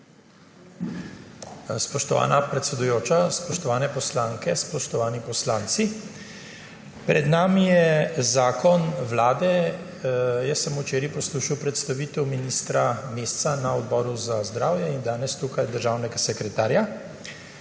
Spoštovana predsedujoča, spoštovane poslanke, spoštovani poslanci! Pred nami je zakon Vlade. Jaz sem včeraj poslušal predstavitev ministra Mesca na Odboru za zdravje in danes tukaj državnega sekretarja,